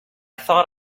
thought